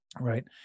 Right